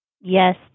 Yes